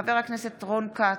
חבר הכנסת רון כץ,